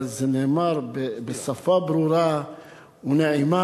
אבל זה נאמר בשפה ברורה ונעימה,